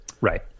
Right